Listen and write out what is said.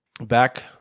back